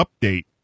update